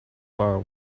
for